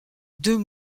deux